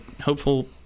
hopeful